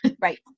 Right